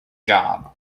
job